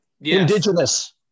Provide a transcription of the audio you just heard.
Indigenous